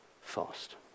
fast